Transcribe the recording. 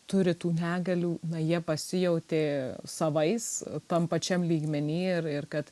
turi tų negalių na jie pasijautė savais tam pačiam lygmeny ir ir kad